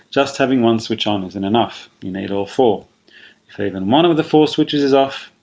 just having one switch um isn't enough, you need all four. if even and one of the four switches is off,